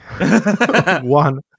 One